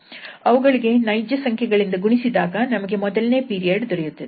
ಅವುಗಳಿಗೆ ನೈಜಸಂಖ್ಯೆ ಗಳಿಂದ ಗುಣಿಸಿದಾಗ ನಮಗೆ ಮೊದಲನೇ ಪೀರಿಯಡ್ ದೊರೆಯುತ್ತದೆ